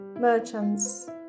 merchants